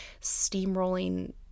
steamrolling